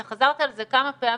ואתה חזרת על זה כמה פעמים,